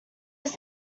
was